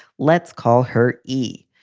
let's call her e.